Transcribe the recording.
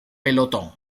pelotón